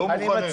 לא מוכנים.